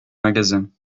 magasin